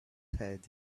head